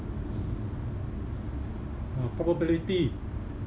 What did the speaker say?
uh probability